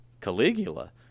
Caligula